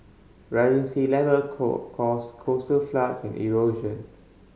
rising sea level call cause coastal floods and erosion